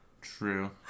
True